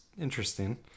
interesting